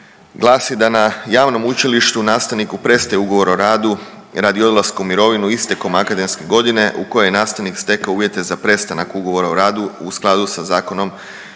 glasi da na javnom učilištu nastavniku prestaje ugovor o radu radi odlaska u mirovinu istekom akademske godine u kojoj je nastavnik stekao uvjete za prestanak ugovora o radu u skladu sa zakonom